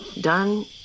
Done